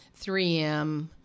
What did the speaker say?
3M